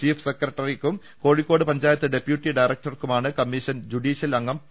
chief സെക്രട്ടറിക്കും Kozhikode panchayat deputy ഡയറക്ടർക്കുമാണ് commission judicial അംഗം പി